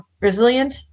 resilient